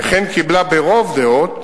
וכן קיבלה ברוב דעות